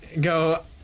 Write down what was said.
go